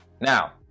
Now